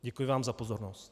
Děkuji vám za pozornost.